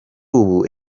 ubu